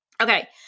Okay